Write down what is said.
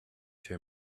too